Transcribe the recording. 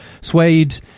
Suede